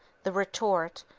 the retort,